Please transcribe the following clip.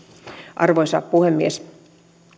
arvoisa puhemies